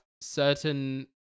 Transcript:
certain